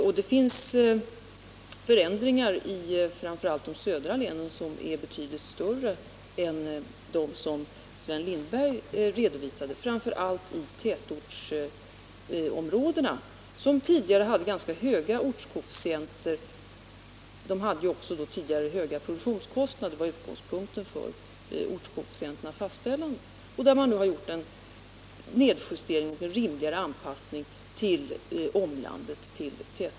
Och det har skett förändringar i framför allt de södra länen som är betydligt större än de som Sven Lindberg redovisade. Det gäller framför allt tätortsområdena, som tidigare hade ganska höga ortskoefficienter. De hade tidigare också höga produktionskostnader — det var utgångspunkten för ortskoefficienternas fastställande. Där har man nu gjort en nedjustering och en rimligare anpassning till omlandet.